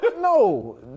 No